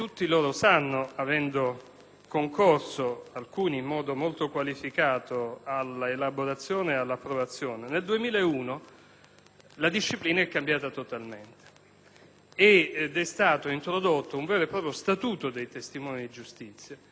la disciplina è cambiata totalmente ed è stato introdotto un vero e proprio statuto dei testimoni di giustizia che rende la posizione di costoro assolutamente diversa, com'è giusto che sia, rispetto a quella dei collaboratori. Questo ha